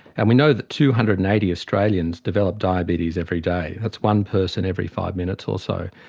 and we know that two hundred and eighty australians develop diabetes every day, that's one person every five minutes or so.